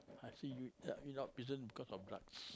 I say you you not prison because of drugs